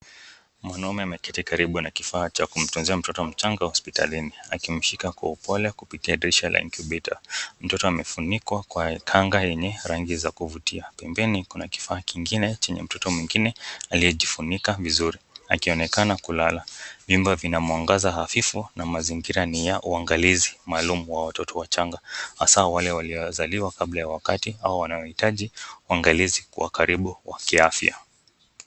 Mwanaume ameketi karibu na kifaa cha kumtunzia mtoto mchanga hospitalini. Akimshika kwa upole kupitia dirisha la incubator. Mtoto amefunikwa kwa kanga yenye rangi za kuvutia. Pembeni kuna kifaa kingine chenye mtoto mwingine aliejifunika vizuri akionekana kulala. Mimba vinamwangaza hafifu na mazingira ni ya uangalizi maalum wa watoto wachanga. Hasa wale waliozaliwa kabla ya wakati au wanaohitaji uangalizi wa karibu wa kiafya.